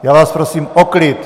Já vás prosím o klid!